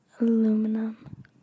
aluminum